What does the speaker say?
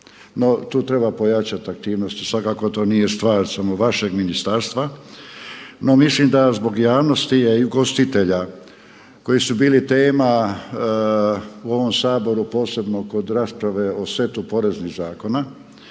tu treba pojačati aktivnost, svakako to nije stvar samo vašeg ministarstva, no mislim da zbog javnosti i ugostitelja koji su bili tema u ovom Saboru posebno kod rasprave o setu poreznih zakona